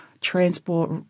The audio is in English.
transport